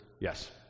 yes